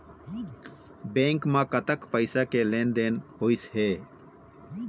Bank म कतक पैसा के लेन देन होइस हे?